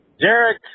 Derek